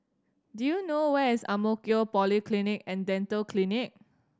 do you know where is Ang Mo Kio Polyclinic and Dental Clinic